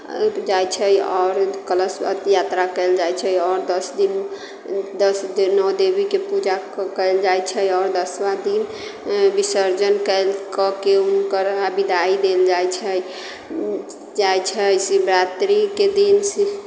जाइत छै आओर कलश यात्रा कयल जाइत छै आओर दस दिन दस दिन नओ देवीके पूजा कयल जाइत छै आओर दसमा दिन विसर्जन कयल कऽ के हुनकर विदाइ देल जाइत छै जाइत छै शिवरात्रीके दिन शिव